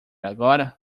agora